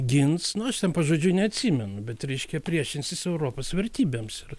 gins nu aš ten pažodžiui neatsimenu bet reiškia priešinsis europos vertybėms ir